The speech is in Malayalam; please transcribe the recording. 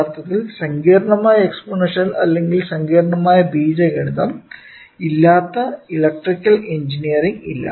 യഥാർത്ഥത്തിൽ സങ്കീർണ്ണമായ എക്സ്പോണൻഷ്യൽ അല്ലെങ്കിൽ സങ്കീർണ്ണമായ ബീജഗണിതം ഇല്ലാത്ത ഇലക്ട്രിക്കൽ എഞ്ചിനീയറിംഗ് ഇല്ല